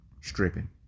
stripping